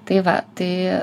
tai va tai